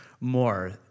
more